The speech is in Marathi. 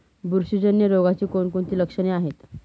बुरशीजन्य रोगाची कोणकोणती लक्षणे आहेत?